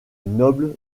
noble